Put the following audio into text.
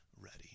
ready